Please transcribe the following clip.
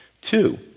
Two